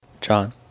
John